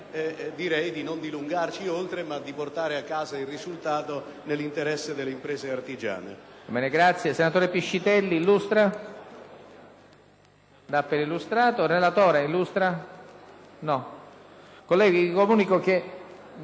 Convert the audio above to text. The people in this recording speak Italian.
direi di non dilungarci oltre ma di portare a casa il risultato nell'interesse delle imprese artigiane.